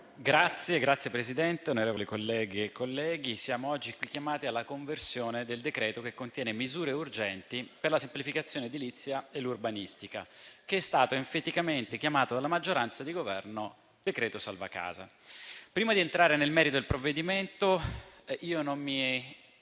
Signor Presidente, onorevoli colleghe e colleghi, siamo oggi chiamati alla conversione del decreto che contiene misure urgenti per la semplificazione edilizia e l'urbanistica, che è stato enfaticamente chiamato dalla maggioranza di Governo decreto salva casa. Prima di entrare nel merito del provvedimento, io non mi